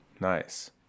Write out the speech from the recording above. nice